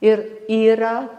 ir yra